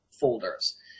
folders